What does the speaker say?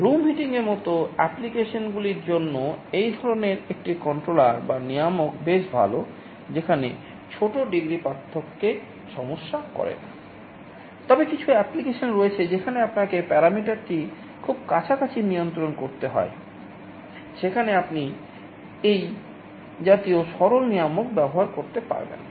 room হিটিংয়ের ব্যবহার করতে পারবেন না